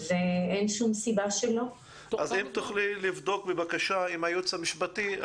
ואין שום סיבה שלא נביא אותן.ף אם תוכלי לבדוק בבקשה עם הייעוץ המשפטי.